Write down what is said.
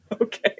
Okay